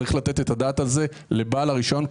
צריך לתת את הדעת על זה לכל בעלי